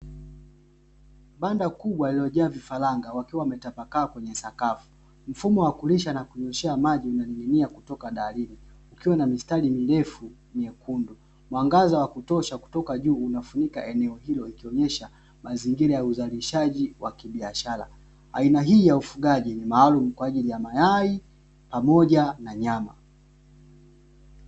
Banda kubwa lililo jaa vifaranga wakiwa wametapakaa kwenye sakafu. Mfumo wa kulisha na kunyweshea maji umening'inia kutoka darini kukiwa na mistari mirefu myekundu, mwangaza wa kutosha kutoka juu unafunika eneo hilo ikionesha mazingira ya uzalishaji wa kibiashara, aina hii ya ufugaji ni maalumu kwaajili ya mayai pamoja na nyama.